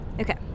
Okay